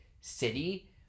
city